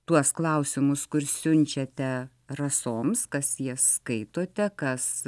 tuos klausimus kur siunčiate rasoms kas jas skaitote kas